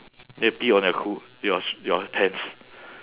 then pee on your c~ your sh~ your pants